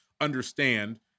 understand